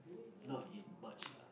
not in much lah